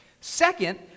Second